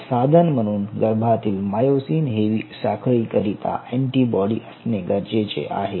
एक साधन म्हणून गर्भातील मायोसिन हेवी साखळी करिता अँटीबॉडी असणे गरजेचे आहे